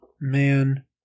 Man